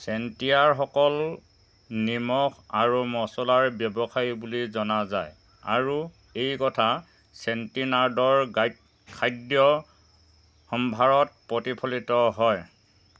চেন্তিয়াৰসকল নিমখ আৰু মচলাৰ ব্যৱসায়ী বুলি জনা যায় আৰু এই কথা চেন্তিনাৰ্ডৰ গাইত খাদ্য সম্ভাৰত প্ৰতিফলিত হয়